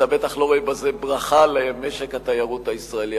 אתה בטח לא רואה בזה ברכה למשק התיירות הישראלי.